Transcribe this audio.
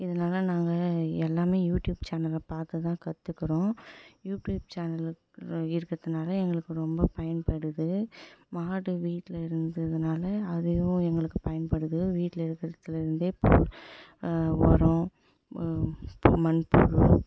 இதனால நாங்கள் எல்லாம் யூடியூப் சேனலை பார்த்து தான் கற்றுக்குறோம் யூடியூப் சேனல் இருக்கிறதுனால எங்களுக்கு ரொம்ப பயன்படுது மாடு வீட்டில் இருந்ததுனால் அதுவும் எங்களுக்கு பயன்படுது வீட்டில் இருக்கிறதுலருந்தே உரம் பு மண் புழு